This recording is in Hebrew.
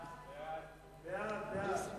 ההצעה